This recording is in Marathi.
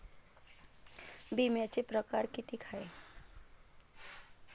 बिम्याचे परकार कितीक हाय?